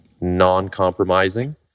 non-compromising